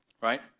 right